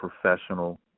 professional